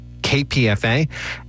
KPFA